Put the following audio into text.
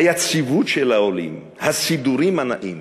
היציבות של העולים, הסידורים הנאים,